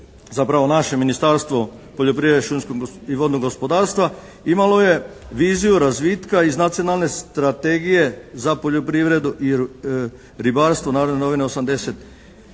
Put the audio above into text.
zapravo, naše Ministarstvo poljoprivrede, šumskog i vodnog gospodarstva imalo je viziju razvitka iz Nacionalne strategije za poljoprivredu i ribarstvo, Narodne novine 89/02.